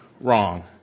wrong